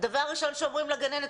הדבר הראשון שאומרים לגננת,